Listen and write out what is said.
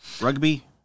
Rugby